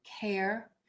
care